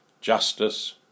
justice